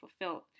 fulfilled